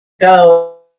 go